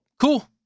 Cool